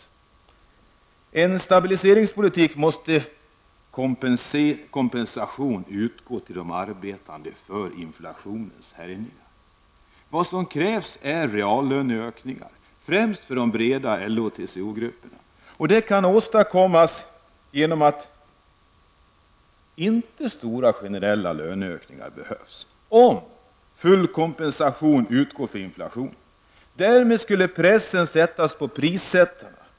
I en stabiliseringspolitik måste kompensation utgå till de arbetande för inflationens härjningar. Vad som krävs är reallöneökningar, främst för de breda LO och TCO-grupperna. Det kan åstadkommas om full kompensation utgår för inflationen utan att stora generella löneökningar behövs. Därmed sätts pressen på prissättarna.